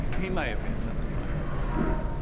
he may have had something like that in mind.